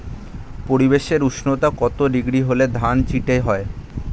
পরিবেশের উষ্ণতা কত ডিগ্রি হলে ধান চিটে হয়?